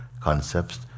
concepts